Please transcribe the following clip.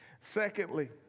Secondly